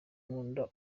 nkunda